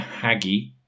Haggy